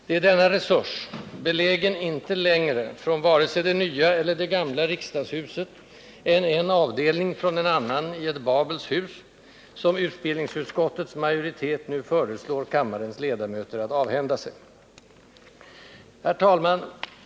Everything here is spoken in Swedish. Det är denna resurs — belägen icke längre från vare sig det nya eller det gamla riksdagshuset än en avdelning från en annan i ett Babels hus — som utbildningsutskottets majoritet nu föreslår kammarens ledamöter att avhända sig. Herr talman!